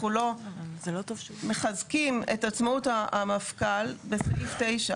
לא מחזקים את עצמאות המפכ"ל בסעיף 9,